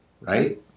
Right